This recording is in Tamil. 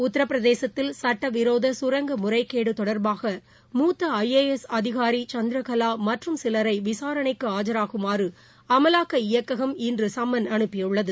உத்தரப்பிரதேசத்தில் சட்டவிரோத கரங்க முறைகேடு தொடர்பாக மூத்த ஐ ஏ எஸ் அதிகாரி பி சந்திரகலா மற்றும் சிலரை விசாரணைக்கு ஆசுராகுமாறு அமலாக்க இயக்ககம் இன்று சம்மன் அனுப்பியுள்ளது